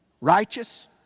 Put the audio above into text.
Righteous